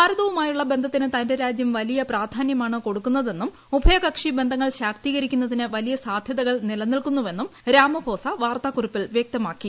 ഭാരതവുമായുള്ള ബന്ധത്തിന് തന്റെ രാജ്യം വലിയ പ്രധാന്യമാണ് കൊടൂക്കുന്നതെന്നും ഉഭയകക്ഷി ബന്ധങ്ങൾ ശാക്തീകരിക്കുന്നതിന് വലിയ സാധ്യതകൾ നിലനിൽക്കുന്നുവെന്നും രാമഫോസ വാർത്താക്കുറിപ്പിൽ വ്യക്തമാക്കി